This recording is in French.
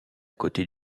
côté